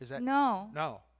No